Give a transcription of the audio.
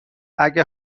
اگه